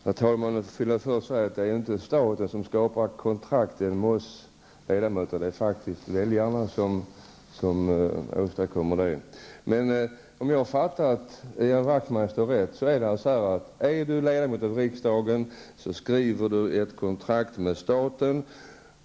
Herr talman! Jag vill först säga att det inte är staten som skapar kontrakten med oss, utan faktiskt väljarna. Men om jag har fattat Ian Wachtmeister rätt är det så här: Är du ledamot av riksdagen så skriver du ett kontrakt med staten.